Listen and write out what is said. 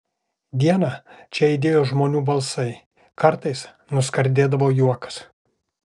dieną čia aidėjo žmonių balsai kartais nuskardėdavo juokas